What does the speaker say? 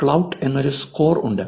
Klout എന്നൊരു score ഉണ്ട്